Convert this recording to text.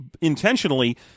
intentionally